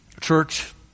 Church